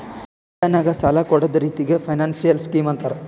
India ನಾಗ್ ಸಾಲ ಕೊಡ್ಡದ್ ರಿತ್ತಿಗ್ ಫೈನಾನ್ಸಿಯಲ್ ಸ್ಕೀಮ್ ಅಂತಾರ್